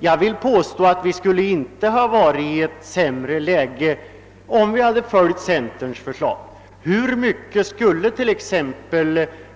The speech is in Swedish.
Jag vill påstå att vi inte skulle ha varit i ett sämre läge om vi hade följt centerns förslag. Hur mycket skulle t.ex.